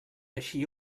així